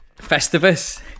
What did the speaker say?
Festivus